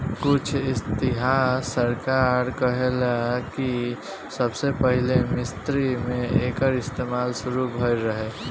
कुछ इतिहासकार कहेलेन कि सबसे पहिले मिस्र मे एकर इस्तमाल शुरू भईल रहे